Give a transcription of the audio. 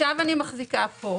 מה שאני מחזיקה כאן,